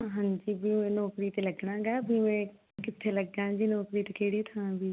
ਹਾਂਜੀ ਵੀ ਮੈਂ ਨੌਕਰੀ 'ਤੇ ਲੱਗਣਾ ਹੈਗਾ ਵੀ ਮੈਂ ਕਿੱਥੇ ਲੱਗਾਂ ਜੀ ਨੌਕਰੀ 'ਤੇ ਕਿਹੜੀ ਥਾਂ ਵੀ